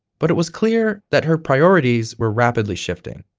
but it was clear that her priorities were rapidly shifting.